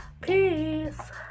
peace